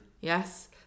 Yes